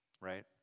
right